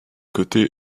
côté